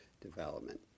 development